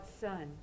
son